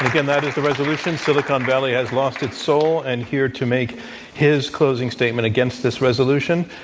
again, that is the resolution, silicon valley has lost its soul. and here to make his closing statement against this resolution,